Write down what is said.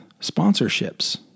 sponsorships